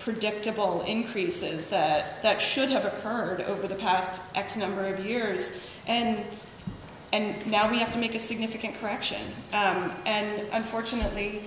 predictable increases that should have occurred over the past x number of years and and now we have to make a significant correction and unfortunately